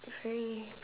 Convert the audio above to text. very